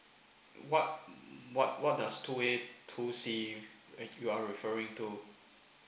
what mm what what does two A two C you are referring to